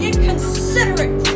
Inconsiderate